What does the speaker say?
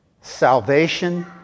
salvation